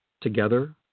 Together